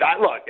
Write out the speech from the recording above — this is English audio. Look